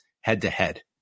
head-to-head